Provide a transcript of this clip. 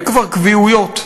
כבר אין קביעויות.